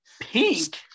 Pink